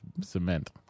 cement